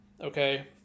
okay